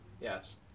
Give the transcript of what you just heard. Yes